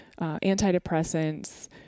antidepressants